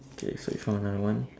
K so you found another one